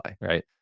right